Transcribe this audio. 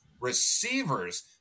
receivers